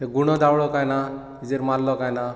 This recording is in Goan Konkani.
तो गुणो दाळ्ळो कांय ना तेजेर मारलो कांय ना